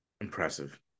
Impressive